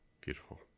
Beautiful